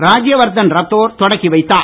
ராஜ்யவர்தன் ராத்தோர் தொடக்கி வைத்தார்